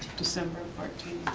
december fourteen.